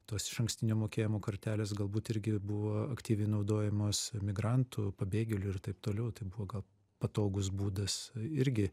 tos išankstinio mokėjimo kortelės galbūt irgi buvo aktyviai naudojamos migrantų pabėgėlių ir taip toliau tai buvo gal patogus būdas irgi